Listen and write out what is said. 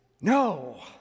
No